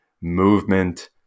movement